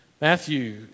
Matthew